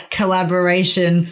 collaboration